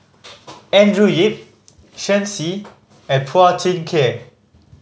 Andrew Yip Shen Xi and Phua Thin Kiay